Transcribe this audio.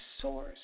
source